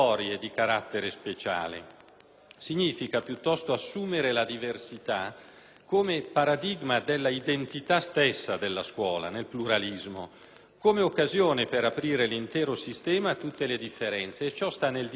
significa piuttosto assumere la diversità come paradigma dell'identità stessa della scuola nel pluralismo, come occasione per aprire l'intero sistema a tutte le differenze e ciò sta nel DNA della nostra identità